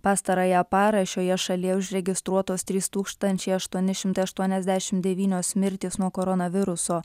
pastarąją parą šioje šalyje užregistruotos trys tūkstančiai aštuoni šimtai aštuoniasdešimt devynios mirtys nuo koronaviruso